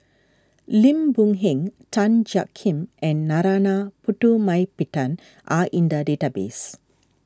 Lim Boon Heng Tan Jiak Kim and Narana Putumaippittan are in the database